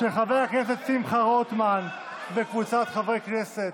אבל אם את יורדת מהדוכן, את יורדת מהדוכן.